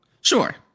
Sure